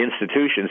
institutions